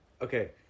okay